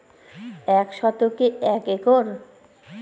কত শতকে এক একর?